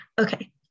Okay